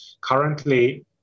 Currently